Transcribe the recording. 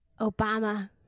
Obama